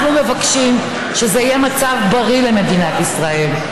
אנחנו מבקשים שזה יהיה מצב בריא למדינת ישראל.